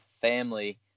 family